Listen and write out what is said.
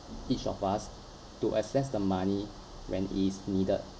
each of us to access the money when it is needed